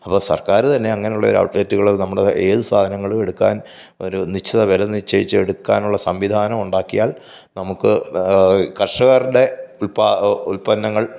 അപ്പോൾ സർക്കാർ തന്നെ അങ്ങനെയുള്ളൊരു ഔട്ട്ലെറ്റ്കൾ നമ്മുടെ ഏതു സാധനങ്ങളും എടുക്കാൻ ഒരു നിശ്ചിത വില നിശ്ചയിച്ചെടുക്കാനുള്ള സംവിധാനമുണ്ടാക്കിയാൽ നമുക്ക് കർഷകരുടെ ഉൽപ്പന്നങ്ങൾ